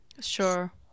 sure